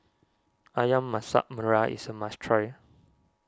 Ayam Masak Merah is a must try